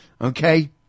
Okay